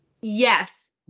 Yes